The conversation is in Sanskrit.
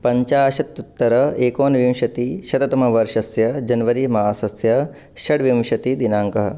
पञ्चाशत् उत्तर एकोनविंशतिशततमवर्षस्य जन्वरी मासस्य षड्विंशतिदिनाङ्कः